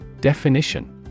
Definition